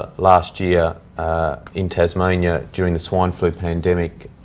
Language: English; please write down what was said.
ah last year in tasmania during the swine flu pandemic,